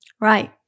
Right